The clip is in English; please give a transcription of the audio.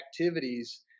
activities